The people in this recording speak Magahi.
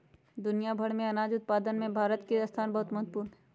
दुनिया भर के अनाज उत्पादन में भारत के स्थान बहुत महत्वपूर्ण हई